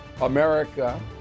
America